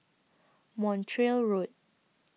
Montreal Road